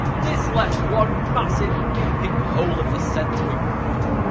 this left one massive gaping hole in the center of africa.